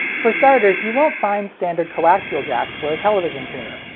for starters, you won't find standard coaxial jacks for a television tuner.